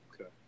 okay